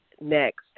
Next